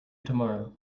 tomorrow